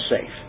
safe